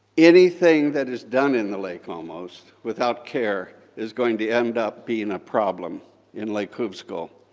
anything that is done in the lake almost without care is going to end up being a problem in lake hovsgol.